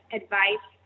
advice